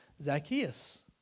Zacchaeus